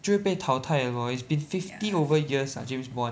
就会被淘汰 lor it's been fifty over years ah James Bond